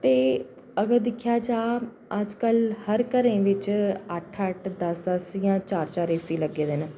ते अगर दिक्खेआ जा अजकल हर घरें बिच अट्ठ अट्ठ दस्स दस्स जां चार चार एसी लग्गे दे न